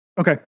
Okay